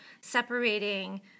separating